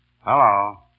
Hello